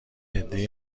عدهای